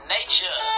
Nature